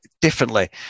differently